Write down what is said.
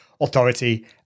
authority